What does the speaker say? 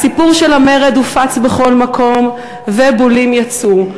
הסיפור של המרד הופץ בכל מקום ובולים יצאו.